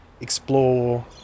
explore